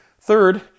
Third